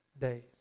days